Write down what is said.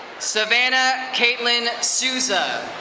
savannah kaitlin sousa.